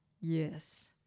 Yes